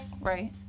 Right